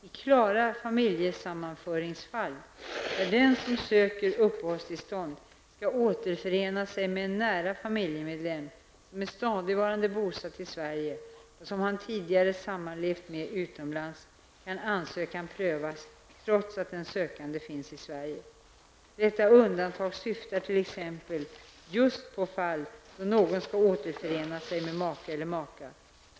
I klara familjesammanföringsfall, där den som söker uppehållstillstånd skall återförena sig med en nära familjemedlem som är stadigvarande bosatt i Sverige och som han tidigare sammanlevt med utomlands, kan ansökan prövas trots att den sökande finns i Sverige. Detta undantag syftar t.ex. just på fall då någon skall återförena sig med sin make eller maka.